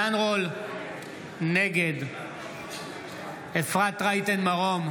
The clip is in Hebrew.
נגד אפרת רייטן מרום,